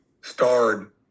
starred